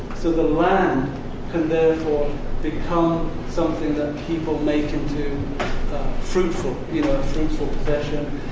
so the land can therefore become something that people make into fruitful you know fruitful possession.